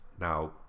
Now